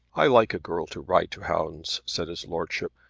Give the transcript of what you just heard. i like a girl to ride to hounds, said his lordship.